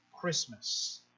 Christmas